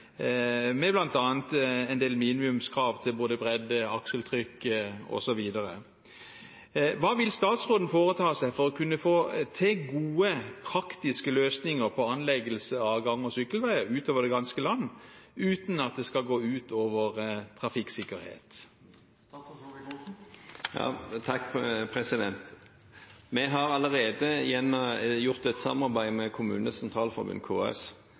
med bl.a. en del minimumskrav til både bredde, akseltrykk osv. Hva vil statsråden foreta seg for å kunne få til gode, praktiske løsninger på anleggelse av gang- og sykkelveier utover det ganske land, uten at det skal gå utover trafikksikkerhet? Vi har allerede hatt et samarbeid med Kommunenes Sentralforbund, KS, der vi